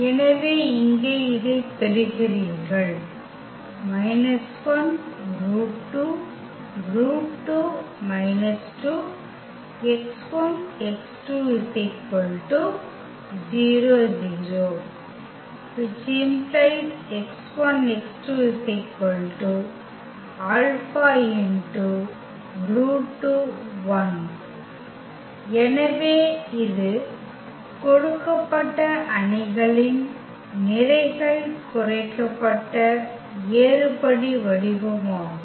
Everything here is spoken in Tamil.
எனவே இங்கே இதைப் பெறுகிறீர்கள் எனவே இது கொடுக்கப்பட்ட அணிகளின் நிரைகள் குறைக்கப்பட்ட ஏறுபடி வடிவமாகும்